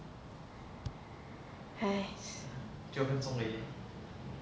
!hais!